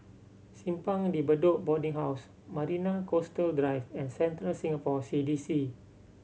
Simpang De Bedok Boarding House Marina Coastal Drive and Central Singapore C D C